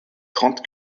trente